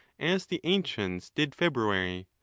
as the ancients did february,